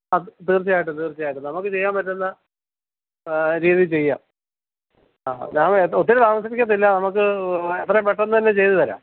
ആ തീർച്ചയായിട്ടും തീർച്ചയായിട്ടും നമുക്ക് ചെയ്യാൻ പറ്റുന്ന രീതിയില് ചെയ്യാം ആ ഞാൻ ഒത്തിരി താമസിക്കില്ല നമുക്ക് എത്രയും പെട്ടെന്ന് തന്നെ ചെയ്തുതരാം